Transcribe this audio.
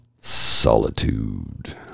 Solitude